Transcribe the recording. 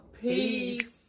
Peace